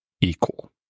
equal